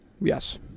Yes